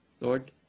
Lord